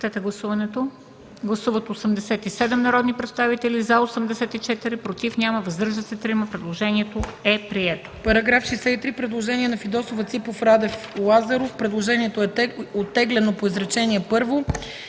Гласували 87 народни представители: за 84, против няма, въздържали се 3. Предложението е прието.